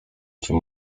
czym